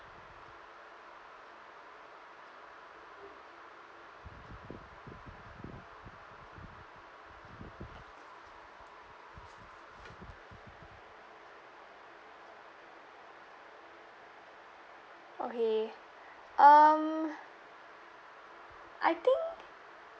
okay um I think